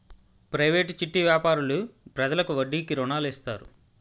private చిట్టి వ్యాపారులు ప్రజలకు వడ్డీకి రుణాలు ఇస్తారు